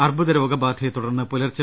അർബുദരോഗബാധയെ തുടർന്ന് പുലർച്ചു